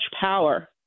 power